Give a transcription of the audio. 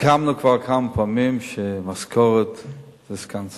סיכמנו כבר כמה פעמים שהמשכורת היא של סגן שר.